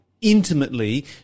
intimately